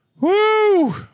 Woo